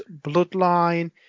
Bloodline